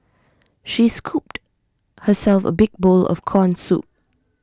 she scooped herself A big bowl of Corn Soup